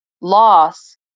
Loss